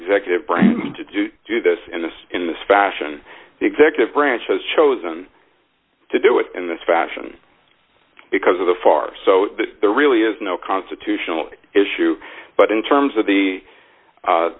executive branch to do do this and this in this fashion the executive branch has chosen to deal with in this fashion because of the farce so there really is no constitutional issue but in terms of the